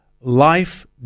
life